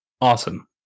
Awesome